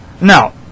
Now